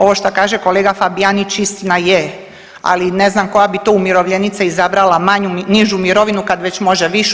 Ovo što kaže kolega Fabijanić istina je, ali ne znam koja bi to umirovljenica izabrala manju, nižu mirovinu kad već može višu.